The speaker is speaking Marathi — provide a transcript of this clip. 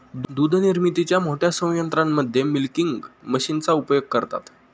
दूध निर्मितीच्या मोठ्या संयंत्रांमध्ये मिल्किंग मशीनचा उपयोग करतात